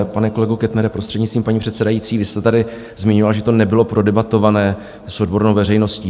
Pane kolego Kettnere, prostřednictvím paní předsedající, vy jste tady zmiňoval, že to nebylo prodebatované s odbornou veřejností.